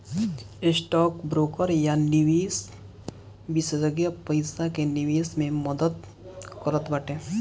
stock broker या निवेश विषेशज्ञ पईसा के निवेश मे मदद करत बाटे